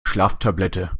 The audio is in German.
schlaftablette